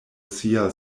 sia